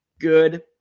good